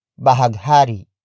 Bahaghari